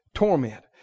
torment